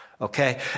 okay